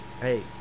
hey